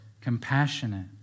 compassionate